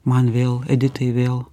man vėl editai vėl